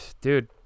dude